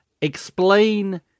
explain